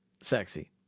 sexy